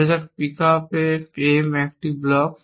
ধরা যাক pickup M একটি ব্লক